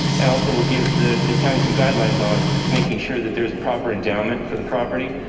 and also we'll give the the county some guidelines on making sure that there's a proper endowment for the property,